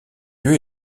lieu